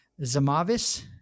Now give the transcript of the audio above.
Zamavis